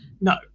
No